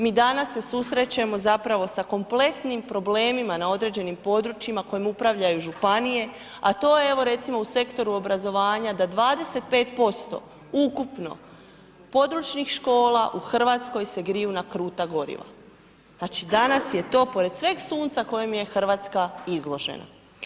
Mi danas se susrećemo zapravo sa kompletnim problemima na određenim područjima kojim upravljaju Županije, a to je evo recimo u sektoru obrazovanja da 25% ukupno područnih škola u Hrvatskoj se griju na kruta goriva, znači, danas je to pored sveg sunce kojim je Hrvatska izložena.